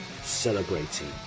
celebrating